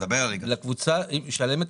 היא משלמת